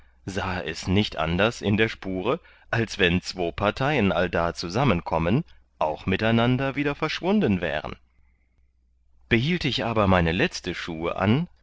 sahe es nicht anders in der spure als wann zwo parteien allda zusammenkommen auch miteinander wieder verschwunden wären behielt ich aber meine letzte schuhe an